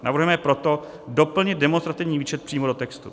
Navrhujeme proto doplnit demonstrativní výčet přímo do textu.